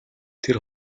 тэр